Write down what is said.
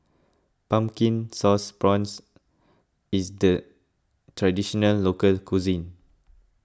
Pumpkin Sauce Prawns is the Traditional Local Cuisine